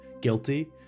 guilty